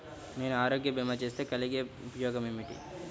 నేను ఆరోగ్య భీమా చేస్తే కలిగే ఉపయోగమేమిటీ?